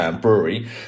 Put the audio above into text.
brewery